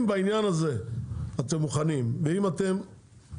אם בעניין הזה אתם מוכנים ואם אתם,